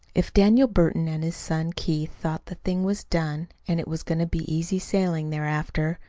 if daniel burton and his son keith thought the thing was done, and it was going to be easy sailing thereafter,